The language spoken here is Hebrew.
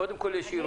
קודם כל, ישירות.